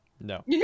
No